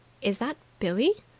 is that billie?